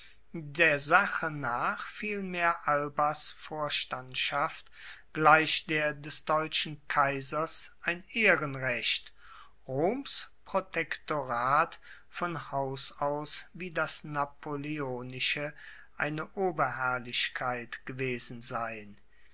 der sache nach vielmehr albas vorstandschaft gleich der des deutschen kaisers ein ehrenrecht roms protektorat von haus aus wie das napoleonische eine oberherrlichkeit gewesen sein